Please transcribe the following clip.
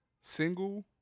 single